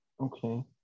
Okay